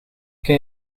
ken